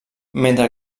mentre